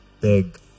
Big